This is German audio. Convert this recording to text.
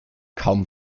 kaum